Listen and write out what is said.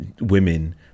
women